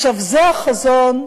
זה החזון,